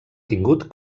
tingut